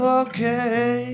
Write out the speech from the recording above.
okay